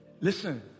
Listen